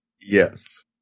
Yes